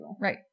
right